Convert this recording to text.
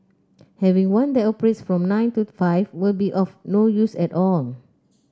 having one that operates from nine to five will be of no use at all